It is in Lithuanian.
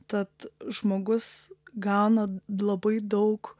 tad žmogus gauna labai daug